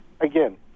again